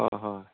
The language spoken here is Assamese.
অঁ হয়